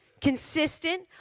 consistent